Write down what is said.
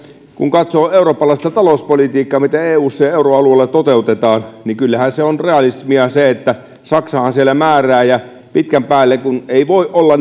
kun katsoo eurooppalaista talouspolitiikkaa mitä eussa ja euroalueella toteutetaan niin kyllähän se on realismia että saksahan siellä määrää ja pitkän päälle ei voi olla